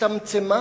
הצטמצמה